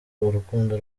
urukundo